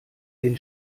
den